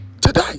today